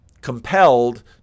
compelled